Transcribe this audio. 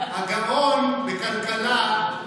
הגאון בכלכלה,